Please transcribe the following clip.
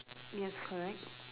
yes correct